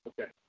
Okay